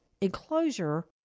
enclosure